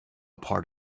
part